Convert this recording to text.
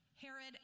Herod